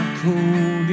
cold